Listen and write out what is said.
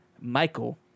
Michael